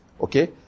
Okay